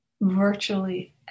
Virtually